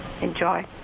enjoy